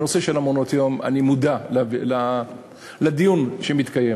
הנושא של מעונות-היום, אני מודע לדיון שמתקיים.